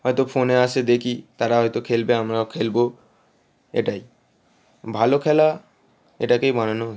হয়তো ফোনে আসে দেখি তারা হয়তো খেলবে আমরাও খেলব এটাই ভালো খেলা এটাকেই বানানো হচ্ছে